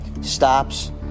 stops